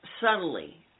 subtly